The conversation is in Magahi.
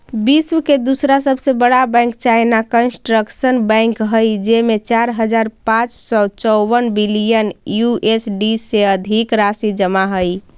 विश्व के दूसरा सबसे बड़ा बैंक चाइना कंस्ट्रक्शन बैंक हइ जेमें चार हज़ार पाँच सौ चउवन बिलियन यू.एस.डी से अधिक राशि जमा हइ